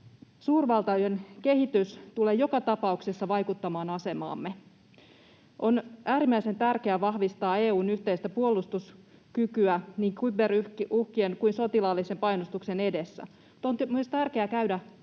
Suurvaltojen kehitys tulee joka tapauksessa vaikuttamaan asemaamme. On äärimmäisen tärkeää vahvistaa EU:n yhteistä puolustuskykyä niin kyberuhkien kuin sotilaallisen painostuksen edessä. On myös tärkeää käydä